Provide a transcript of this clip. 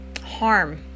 harm